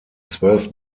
zwölf